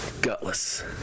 Gutless